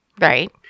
right